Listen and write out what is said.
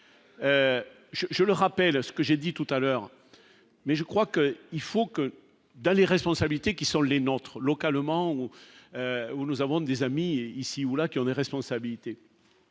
je le rappelle, à ce que j'ai dit tout à l'heure, mais je crois qu'il faut que dans les responsabilités qui sont les nôtres, localement ou où nous avons des amis ici ou là, qui ont des responsabilités,